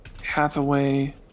Hathaway